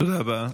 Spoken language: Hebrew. תודה רבה.